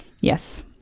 Yes